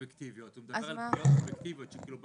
לדעתי, גם כאן אפשר